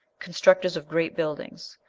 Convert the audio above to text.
constructors of great buildings,